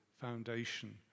foundation